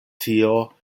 tio